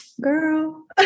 girl